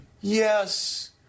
yes